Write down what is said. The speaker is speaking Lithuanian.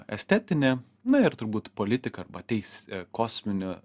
estetinė na ir turbūt politika arba teis kosminių